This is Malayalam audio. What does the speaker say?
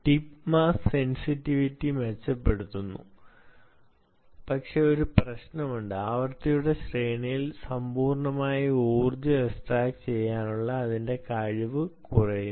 ടിപ്പ് മാസ്സ് സെന്സിറ്റിവിറ്റി മെച്ചപ്പെടുത്തുന്നു പക്ഷേ ഒരു പ്രശ്നമുണ്ട് ആവൃത്തികളുടെ ശ്രേണിയിൽ സമ്പൂർണമായി ഊർജം എക്സ്ട്രാക്റ്റുചെയ്യാനുള്ള അതിന്റെ കഴിവ് കുറയുന്നു